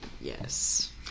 Yes